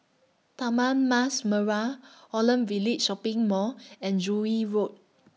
Taman Mas Merah Holland Village Shopping Mall and Joo Yee Road